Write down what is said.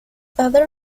other